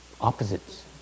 opposites